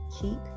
keep